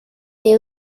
est